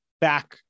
back